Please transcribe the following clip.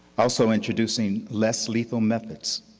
also introducing less lethal methods,